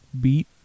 beat